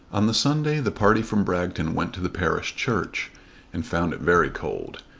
on the sunday the party from bragton went to the parish church and found it very cold.